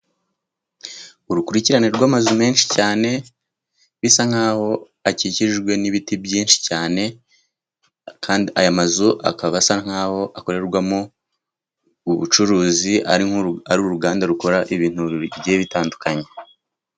Urukurikirane rw'amazu menshi cyane, bisa nk'aho akikijwe n'ibiti byinshi cyane, kandi aya mazu akaba asa nk'aho akorerwamo ubucuruzi, ari nk'uruganda rukora ibintu bigiye bitandukanye.